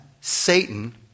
Satan